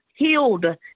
Healed